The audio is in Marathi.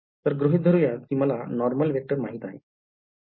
तर गृहीत धरूयात कि मला नॉर्मल वेक्टर माहित आहे